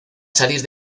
salir